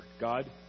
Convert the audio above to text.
God